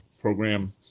program